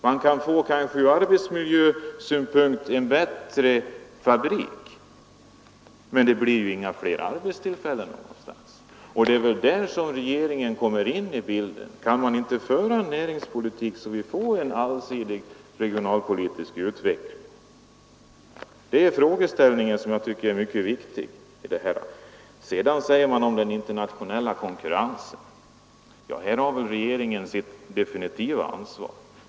Man kanske kan få en ur arbetsmiljösynpunkt bättre fabrik, men det blir inga ytterligare arbetstillfällen någonstans. Det är där regeringen kommer in i bilden: Kan inte regeringen föra en sådan näringspolitik att vi får en allsidig regionalpoli tisk utveckling? Det är en mycket viktig frågeställning. Sedan talade statsrådet om den internationella konkurrensen, och därvidlag har regeringen sitt definitiva ansvar.